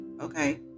okay